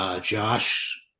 Josh